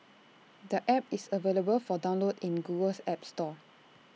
the app is available for download in Google's app store